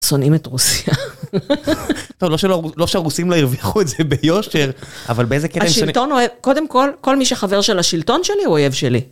שונאים את רוסיה, לא שהרוסים לא הרוויחו את זה ביושר, אבל באיזה קטע, קודם כל כל מי שחבר של השלטון שלי הוא אויב שלי.